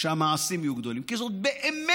שהמעשים יהיו גדולים, כי באמת,